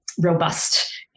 robust